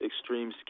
extreme